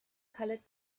colored